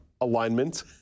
alignment